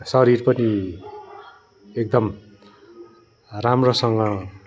शरीर पनि एकदम राम्रोसँग